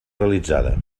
realitzada